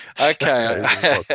Okay